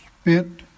spent